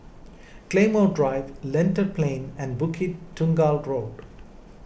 Claymore Drive Lentor Plain and Bukit Tunggal Road